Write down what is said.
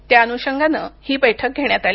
त्या अनुशंगानं ही बैठक घेण्यात आली